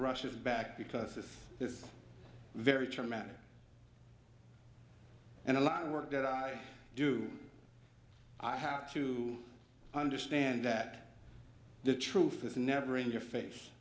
russia's back because this is very traumatic and a lot of work that i do i have to understand that the truth as never in your face